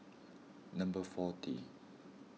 number forty